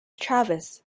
travis